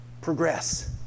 progress